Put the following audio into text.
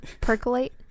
Percolate